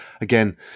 again